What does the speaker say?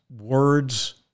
words